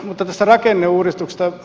mutta tästä rakenneuudistuksesta